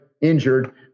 injured